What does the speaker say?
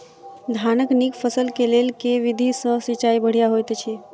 धानक नीक फसल केँ लेल केँ विधि सँ सिंचाई बढ़िया होइत अछि?